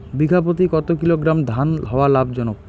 বিঘা প্রতি কতো কিলোগ্রাম ধান হওয়া লাভজনক?